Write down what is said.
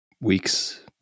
weeks